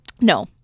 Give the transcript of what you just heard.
No